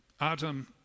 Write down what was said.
Adam